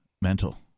mental